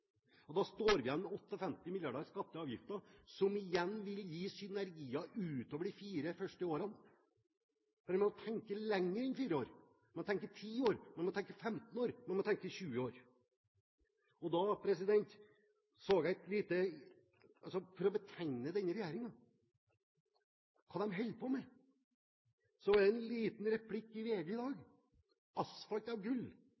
kr. Da står vi igjen med 58 mrd. kr, som igjen vil gi synergier utover de fire første årene. Prøv å tenke lenger enn fire år – man må tenke ti år, man må tenke 15 år, og man må tenke 20 år. For å betegne denne regjeringen og hva den holder på med, leste jeg i VG i dag: «Asfalt av gull?»